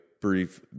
brief